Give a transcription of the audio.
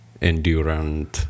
enduring